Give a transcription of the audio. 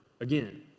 again